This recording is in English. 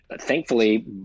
thankfully